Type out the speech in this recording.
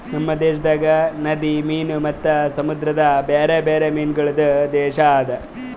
ನಮ್ ದೇಶದಾಗ್ ನದಿ ಮೀನು ಮತ್ತ ಸಮುದ್ರದ ಬ್ಯಾರೆ ಬ್ಯಾರೆ ಮೀನಗೊಳ್ದು ದೇಶ ಅದಾ